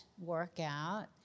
workout